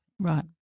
Right